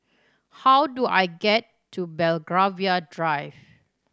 how do I get to Belgravia Drive